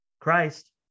Christ